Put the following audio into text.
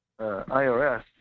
IRS